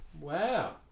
Wow